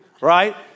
Right